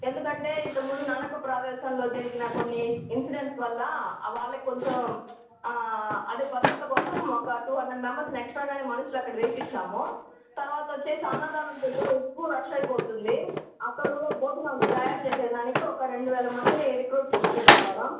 ఎందుకంటే ఇంతక ముందు నడక ప్రదేశంలో జరిగిన కొన్ని ఇన్సిడెంట్స్ వల్ల వాళ్ళకి కొంచెం అదే భద్రత కోసం ఒక టూ హండ్రెడ్ మెంబర్స్ని ఎక్స్ట్రాగానే మనుషులు అక్కడ వేయించాము తర్వాత వచ్చేసి అన్నదానం దగ్గర ఎక్కువ రష్ అయిపోతుంది అక్కడ కూడా భోజనాలు తయారు చేసేదానికి ఒక రెండువేల మందిని రిక్రూట్ చేసుకున్నాం మేడమ్